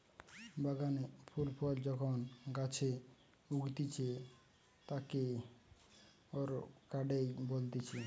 বাগানে ফুল ফল যখন গাছে উগতিচে তাকে অরকার্ডই বলতিছে